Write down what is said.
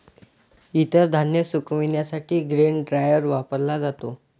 इतर धान्य सुकविण्यासाठी ग्रेन ड्रायर वापरला जातो